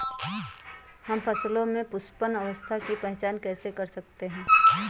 हम फसलों में पुष्पन अवस्था की पहचान कैसे करते हैं?